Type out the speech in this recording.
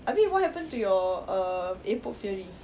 I mean what happened to your a poke theory